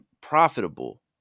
profitable